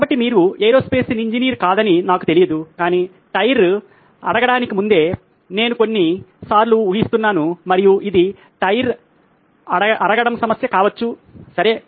కాబట్టి మీరు aerospace engineer కాదని నాకు తెలియదు కాని టైర్ అరగడానికి ముందే నేను కొన్ని సార్లు ఊహిస్తున్నాను మరియు ఇది టైర్ అరగడం సమస్య కావచ్చు సరే